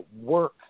work